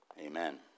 amen